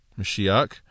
Mashiach